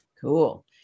cool